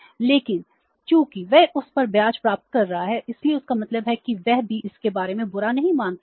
लेकिन चूंकि वह उस पर ब्याज प्राप्त कर रहा है इसलिए इसका मतलब है कि वे भी इसके बारे में बुरा नहीं मानते हैं